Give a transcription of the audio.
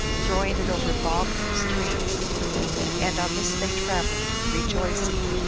throwing it over bogs and streams and on this they traveled, rejoicing,